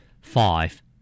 Five